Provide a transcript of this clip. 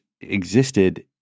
existed